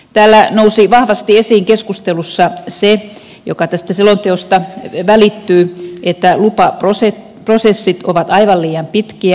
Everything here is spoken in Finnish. täällä nousi vahvasti esiin keskustelussa se mikä tästä selonteosta välittyy että lupaprosessit ovat aivan liian pitkiä